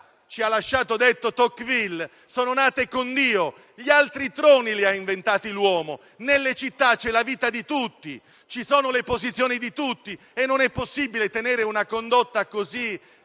ci ha lasciato detto Tocqueville, sono nate con Dio, gli altri troni li ha inventati l'uomo. Nelle città c'è la vita di tutti, ci sono le posizioni di tutti e non è possibile tenere una condotta così